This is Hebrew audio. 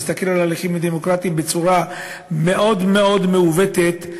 מסתכל על ההליכים הדמוקרטיים בצורה מאוד מאוד מעוותת,